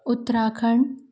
Uttarakhand